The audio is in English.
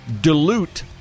dilute